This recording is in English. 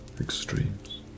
extremes